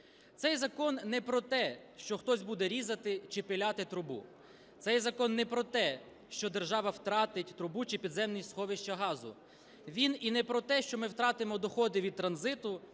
Цей закон не про те, що хтось буде різати чи пиляти трубу, цей закон не про те, що держава втратить трубу чи підземні сховища газу, він і не про те, що ми втратимо доходи від транзиту